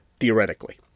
Theoretically